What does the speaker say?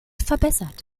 verbessert